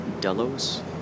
Delos